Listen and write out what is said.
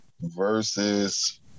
versus